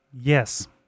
Yes